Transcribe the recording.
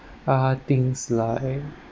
uh things like